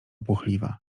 płochliwa